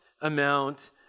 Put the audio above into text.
amount